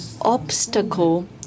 obstacle